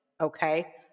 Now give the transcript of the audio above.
okay